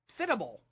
fittable